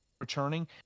returning